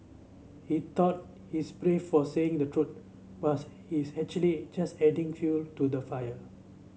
he thought he's brave for saying the truth but he's actually just adding fuel to the fire